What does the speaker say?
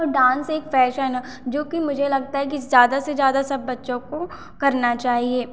और डांस एक पैशन है जो कि मुझे लगता है कि ज्यादा से ज्यादा सब बच्चों को करना चाहिए